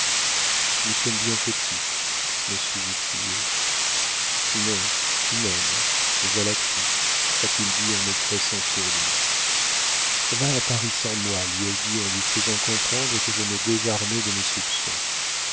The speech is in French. nous sommes bien petites me suis-je écriée non tu m'aimes et voilà tout a-t-il dit en me pressant sur lui va à paris sans moi lui ai-je dit en lui faisant comprendre que je me désarmais de mes soupçons